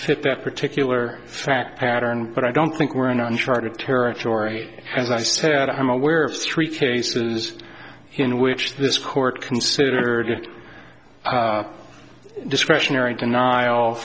fit that particular fact pattern but i don't think we're in uncharted territory as i said i'm aware of three cases in which this court considered discretionary den